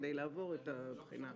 כדי לעבור את הבחינה.